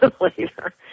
later